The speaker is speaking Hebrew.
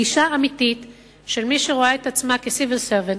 אלא בגישה אמיתית של מי שרואה את עצמה כ-civil servant,